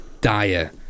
dire